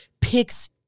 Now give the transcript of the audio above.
picks